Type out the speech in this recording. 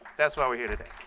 that's why we're here today.